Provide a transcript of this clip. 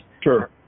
Sure